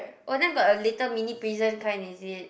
oh then got a little mini prison kind is it